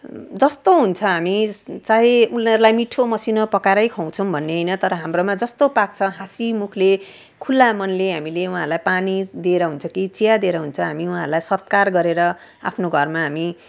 जस्तो हुन्छ हामी चाहे उनीहरूलाई मिठो मसिनो पकाएर खुवाउँछौँ भन्ने होइन तर हाम्रोमा जस्तो पाक्छ हाँसी मुखले खुला मनले हामीले उहाँहरूलाई पानी दिएर हुन्छ कि चिया दिएर हुन्छ हामी उहाँहरूलाई सत्कार गरेर आफ्नो घरमा हामी